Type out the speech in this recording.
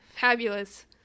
fabulous